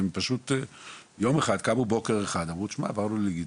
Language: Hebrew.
ופשוט יום אחד פשוט קמו בוקר אחד ואמרו תשמע עברנו לדיגיטציה,